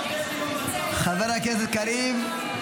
חבר הכנסת קריב,